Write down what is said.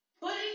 putting